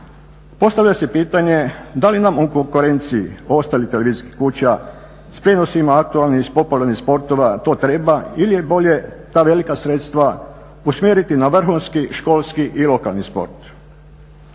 postavlja se pitanje da li nam u konkurenciji ostalih televizijskih kuća s prijenosima aktualnih i popularnih sportova, to treba ili je bolje ta velika sredstva usmjeriti na vrhunski školski i lokalni sport?